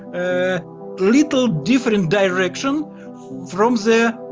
ah little different direction from the